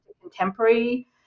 contemporary